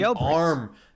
arm